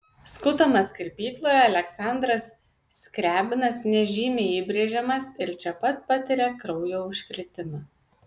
skutamas kirpykloje aleksandras skriabinas nežymiai įbrėžiamas ir čia pat patiria kraujo užkrėtimą